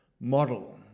model